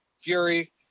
fury